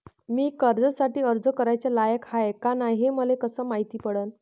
मी कर्जासाठी अर्ज कराचा लायक हाय का नाय हे मले कसं मायती पडन?